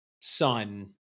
son